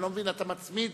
אני לא מבין, אתה מצמיד